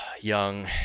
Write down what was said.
young